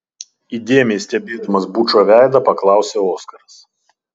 įdėmiai stebėdamas bučo veidą paklausė oskaras